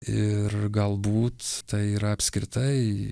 ir galbūt tai yra apskritai